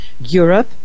Europe